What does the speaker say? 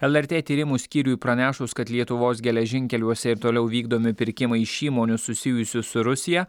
lrt tyrimų skyriui pranešus kad lietuvos geležinkeliuose ir toliau vykdomi pirkimai iš įmonių susijusių su rusija